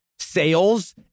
Sales